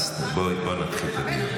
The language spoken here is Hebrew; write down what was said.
רגע, מנסור,